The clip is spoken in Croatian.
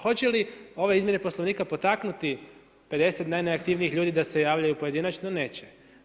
Hoće li ove izmjene Poslovnika potaknuti 50 najneaktivnijih ljudi da se javljaju pojedinačno neće.